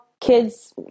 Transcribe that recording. kids